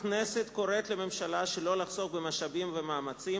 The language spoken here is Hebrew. הכנסת קוראת לממשלה שלא לחסוך במשאבים ומאמצים